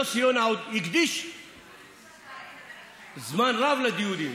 יוסי יונה עוד הקדיש זמן רב לדיונים,